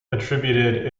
attributed